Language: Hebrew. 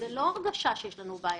זו לא הרגשה שיש בעיה.